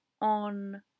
on